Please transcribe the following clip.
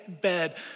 bed